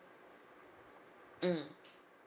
mm